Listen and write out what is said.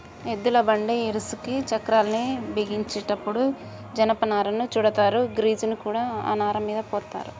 ఎద్దుల బండి ఇరుసుకి చక్రాల్ని బిగించేటప్పుడు జనపనారను చుడతారు, గ్రీజుని కూడా ఆ నారమీద పోత్తారు